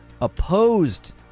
opposed